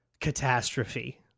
catastrophe